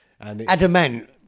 Adamant